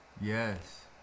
Yes